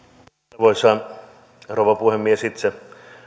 arvoisa rouva puhemies itse